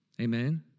Amen